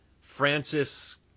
Francis